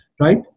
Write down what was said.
Right